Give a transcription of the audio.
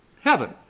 Heaven